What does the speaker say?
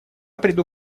приду